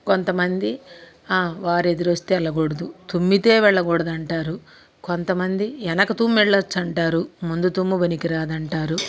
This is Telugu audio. కొంతమంది ఆ వారు ఎదురొస్తే వెళ్ళకూడదు తుమ్మితే వెళ్ళకూడదంటారు కొంతమంది వెనక తుమ్మి వెళ్ళొచ్చంటారు ముందు తుమ్ము పనికి రాదంటారు